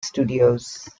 studios